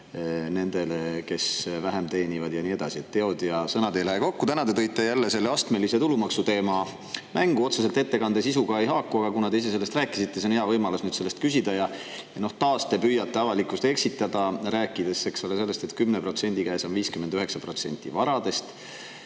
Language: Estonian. kes vähem teenivad, ja nii edasi. Teod ja sõnad ei lähe kokku. Täna te tõite jälle selle astmelise tulumaksu teema mängu. Otseselt see ettekande sisuga ei haaku, aga kuna te ise sellest rääkisite, siis on hea võimalus nüüd selle kohta küsida. Taas te püüate avalikkust eksitada, rääkides sellest, et 10% käes on 59% varadest,